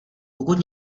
pokud